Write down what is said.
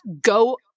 Go